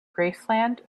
graceland